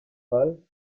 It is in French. paul